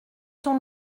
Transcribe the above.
ton